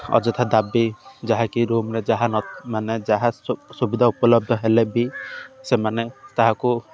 ଅଯଥା ଦାବି ଯାହାକି ରୁମ୍ରେ ଯାହା ନ ମାନେ ଯାହା ସୁବିଧା ଉପଲବ୍ଧ ହେଲେ ବି ସେମାନେ ତାହାକୁ